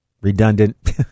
redundant